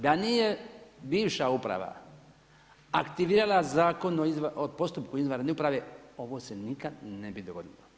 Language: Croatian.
Da nije bivša uprava aktivirala zakon o postupku izvanredne uprave, ovo se nikad ne bi dogodilo.